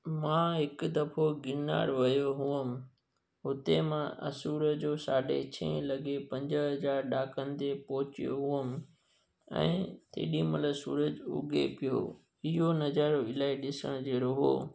मां हिक दफ़ो गिरनार वियो हुउमि उते मां असुर जो साढे छहे लॻे पंज हज़ार ॾाकनि ते पहुचियो हुउमि ऐं तेॾी महिल सूरज उॻे पियो इहो नज़ारो इलाही ॾिसणु जहिड़ो हो